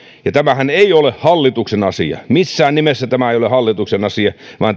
ja tämähän ei ole hallituksen asia missään nimessä tämä ei ole hallituksen asia vaan